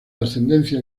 ascendencia